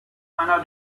einer